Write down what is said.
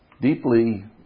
deeply